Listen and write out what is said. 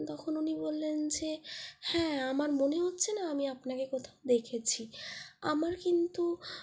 তখন উনি বললেন যে হ্যাঁ আমার মনে হচ্ছে না আমি আপনাকে কোথাও দেখেছি আমার কিন্তু